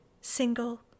single